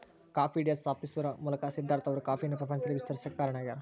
coffee day ಸ್ಥಾಪಿಸುವದರ ಮೂಲಕ ಸಿದ್ದಾರ್ಥ ಅವರು ಕಾಫಿಯನ್ನು ಪ್ರಪಂಚದಲ್ಲಿ ವಿಸ್ತರಿಸಾಕ ಕಾರಣ ಆಗ್ಯಾರ